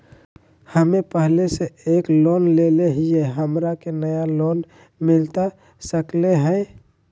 हमे पहले से एक लोन लेले हियई, हमरा के नया लोन मिलता सकले हई?